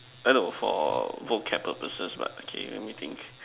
I no for vocab purposes but okay let me think